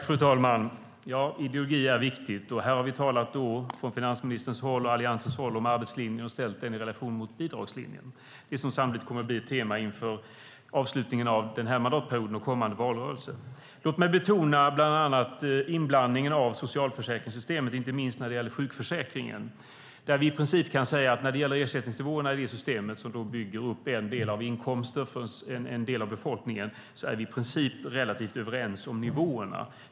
Fru talman! Ja, ideologi är viktigt. Här har vi talat från finansministerns håll och Alliansens håll om arbetslinjen och ställt den i relation till bidragslinjen. Det kommer sannolikt att bli ett tema inför avslutningen av den här mandatperioden och under kommande valrörelse. Låt mig betona bland annat inblandningen av socialförsäkringssystemet, inte minst när det gäller sjukförsäkringen. Vi kan i princip säga att vi är relativt överens om ersättningsnivåerna i det systemet, som bygger upp en del av inkomsterna för en del av befolkningen.